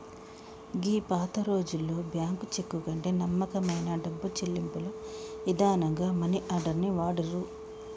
గీ పాతరోజుల్లో bank cheque కంటే నమ్మకమైన డబ్బు చెల్లింపుల ఇదానంగా మనీ ఆర్డర్ ని వాడిర్రు